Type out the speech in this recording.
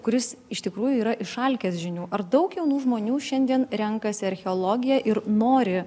kuris iš tikrųjų yra išalkęs žinių ar daug jaunų žmonių šiandien renkasi archeologiją ir nori